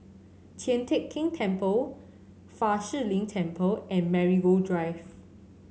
Tian Teck Keng Temple Fa Shi Lin Temple and Marigold Drive